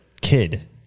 kid